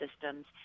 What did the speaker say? systems